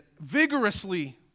vigorously